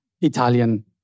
Italian